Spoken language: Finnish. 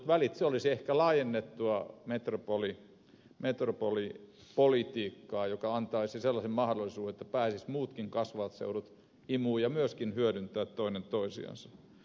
se olisi ehkä laajennettua metropolipolitiikkaa joka antaisi sellaisen mahdollisuuden että pääsisivät muutkin kasvavat seudut imuun ja myöskin hyödyntämään toinen toisiansa